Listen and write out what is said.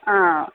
ആ